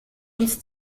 uns